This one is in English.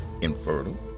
infertile